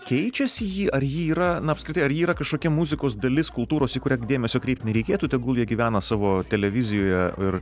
keičiasi ji ar ji yra na apskritai ar ji yra kažkokia muzikos dalis kultūros į kurią dėmesio kreipt nereikėtų tegul jie gyvena savo televizijoje ir